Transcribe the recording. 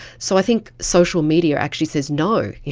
so i think social media actually says no. yeah